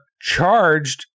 charged